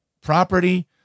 property